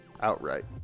outright